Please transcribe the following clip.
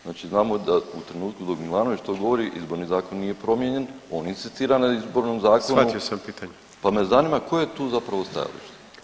Znači znamo da u trenutku dok Milanović to govori, Izborni zakon nije promijenjen, on inzistira na Izbornom zakonu [[Upadica: Shvatio sam pitanje.]] pa me zanima koje je tu zapravo stajalište?